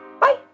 Bye